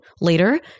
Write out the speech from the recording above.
later